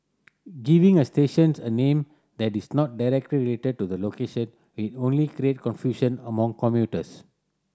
giving a stations a name that is not directly related to the location will only create confusion among commuters